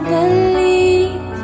believe